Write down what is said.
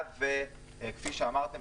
היה שכפי שאמרתם,